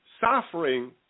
Suffering